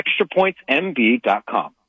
ExtraPointsMB.com